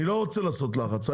אני לא רוצה לעשות לחץ,